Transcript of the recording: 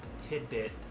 tidbit